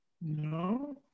No